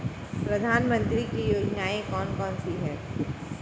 प्रधानमंत्री की योजनाएं कौन कौन सी हैं?